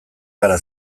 gara